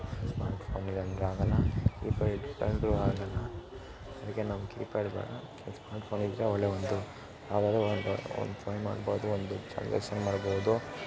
ಒಂದು ಫೋನ್ ಇಲ್ಲ ಅಂದರೆ ಆಗೋಲ್ಲ ಕೀ ಪ್ಯಾಡ್ ಇಟ್ಕೊಂಡ್ರೂ ಆಗೋಲ್ಲ ಅದಕ್ಕೆ ನಮ್ಗೆ ಕೀ ಪ್ಯಾಡ್ ಬೇಡ ಅದಕ್ಕೆ ಸ್ಮಾರ್ಟ್ ಫೋನ್ ಇದ್ದರೆ ಒಳ್ಳೆಯ ಒಂದು ಆಗಾಗ ಒಂದು ಒಂದು ಫೋನ್ ಮಾಡ್ಬೌದು ಒಂದು ಟ್ರಾಂಜಾಕ್ಷನ್ ಮಾಡ್ಬೌದು